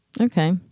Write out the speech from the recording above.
Okay